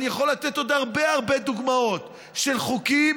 אני יכול לתת עוד הרבה הרבה דוגמאות של חוקים